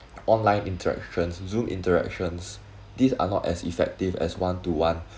online interactions Zoom interactions these are not as effective as one to one